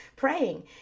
Praying